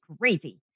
crazy